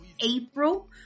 April